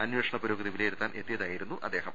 അന്വേഷണ പുരോഗതി വിലയി രുത്താൻ എത്തിയതായിരുന്നു അദ്ദേഹം